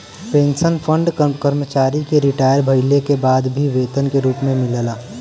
pension fund कर्मचारी के retire भइले के बाद भी वेतन के रूप में मिलला